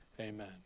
Amen